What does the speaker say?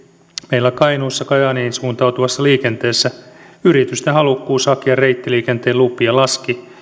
meillä kainuussa kajaaniin suuntautuvassa liikenteessä yritysten halukkuus hakea reittiliikenteen lupia laski